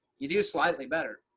you do slightly better.